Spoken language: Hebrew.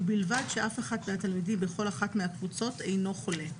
ובלבד שאף אחד מהתלמידים בכל אחת מהקבוצות אינו חולה,